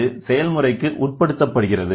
இது செயல்முறைக்கு உட்படுத்தப்படுகிறது